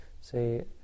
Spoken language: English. say